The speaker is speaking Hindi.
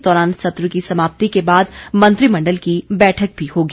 इस दौरान सत्र की समाप्ति के बाद मंत्रिमंडल की बैठक भी होगी